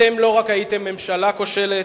אתם לא רק הייתם ממשלה כושלת,